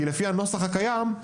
לפי הנוסח הקיים,